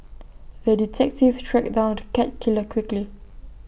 the detective tracked down the cat killer quickly